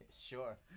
Sure